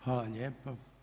Hvala lijepa.